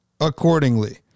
accordingly